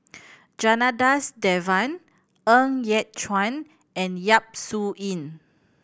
Janadas Devan Ng Yat Chuan and Yap Su Yin